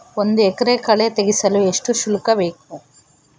ಒಂದು ಎಕರೆ ಕಳೆ ತೆಗೆಸಲು ಎಷ್ಟು ಶುಲ್ಕ ಬೇಕು?